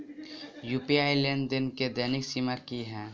UPI लेनदेन केँ दैनिक सीमा की है?